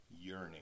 yearning